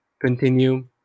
Continue